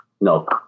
No